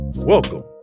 Welcome